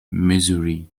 missouri